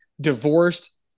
divorced